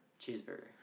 Cheeseburger